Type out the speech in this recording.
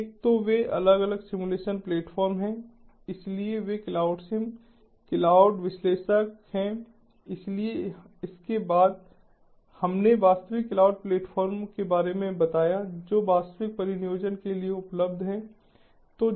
एक तो वे अलग अलग सिम्युलेशन प्लेटफ़ॉर्म हैं इसलिए वे क्लाउडसिम क्लाउड विश्लेषक हैं इसलिए इसके बाद हमने वास्तविक क्लाउड प्लेटफ़ॉर्म के बारे में बताया जो वास्तविक परिनियोजन के लिए उपलब्ध हैं